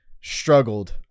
struggled